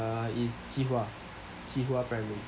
uh is qihua qihua primary